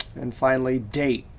and finally, date.